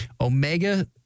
omega